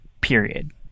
period